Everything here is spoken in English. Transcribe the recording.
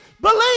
believe